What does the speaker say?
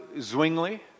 Zwingli